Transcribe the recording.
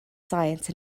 science